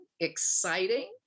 Exciting